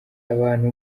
abantu